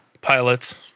Pilots